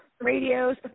radios